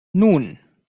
nun